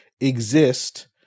exist